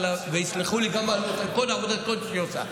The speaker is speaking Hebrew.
ויסלחו לי על כל עבודת הקודש שהיא עושה,